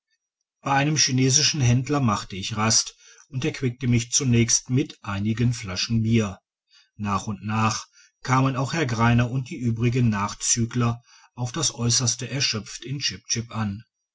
bei einem chinesischen händler machte ich rast und erquickte mich zunächst mit einigen flaschen bier nach und nach kamen auch herr greiner und die übrigen nachzügler auf das äusserste erschöpft in chip chip an